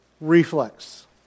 Reflex